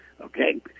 Okay